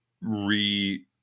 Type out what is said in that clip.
re